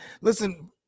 listen